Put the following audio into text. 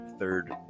third